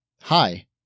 hi